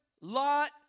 Lot